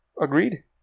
agreed